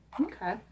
Okay